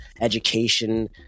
education